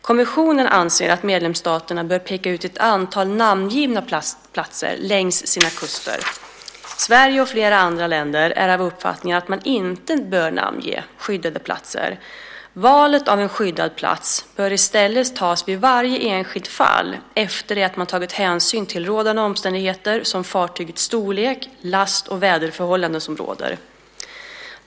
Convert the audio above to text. Kommissionen anser att medlemsstaterna bör peka ut ett antal namngivna platser längs sina kuster. Sverige och flera andra länder är av uppfattningen att man inte bör namnge skyddade platser. Valet av en skyddad plats bör i stället göras i varje enskilt fall efter det att man har tagit hänsyn till rådande omständigheter som fartygets storlek, last och väderförhållanden som råder.